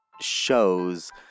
shows